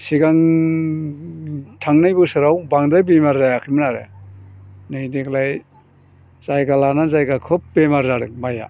सिगां थांनाय बोसोराव बांद्राय बेमार जायाखैमोन आरो नै देग्लाय जायगा लानानै जायगा खोब बेमार जादों माइया